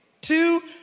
Two